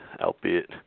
albeit